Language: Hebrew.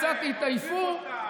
קצת התעייפתם,